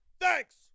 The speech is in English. Thanks